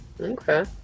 Okay